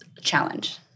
challenge